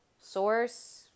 source